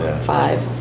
five